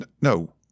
no